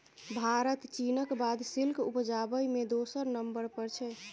भारत चीनक बाद सिल्क उपजाबै मे दोसर नंबर पर छै